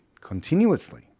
continuously